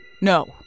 No